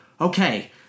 okay